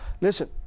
Listen